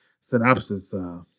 synopsis